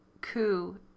coup